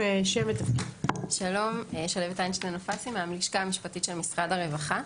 רב, אני מהלשכה המשפטית של משרד הרווחה.